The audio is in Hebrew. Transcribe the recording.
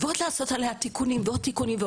ולעשות עליה עוד ועוד תיקונים,